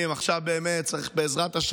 משטרה עם אגף סיור שכמעט לא קיים,